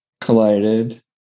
collided